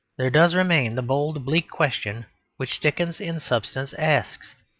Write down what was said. there does remain the bold, bleak question which dickens in substance asks,